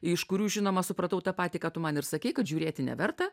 iš kurių žinoma supratau tą patį ką tu man ir sakei kad žiūrėti neverta